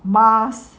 mask